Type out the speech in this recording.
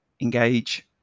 engage